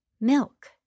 Milk